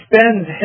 spends